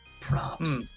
Props